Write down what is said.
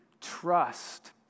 trust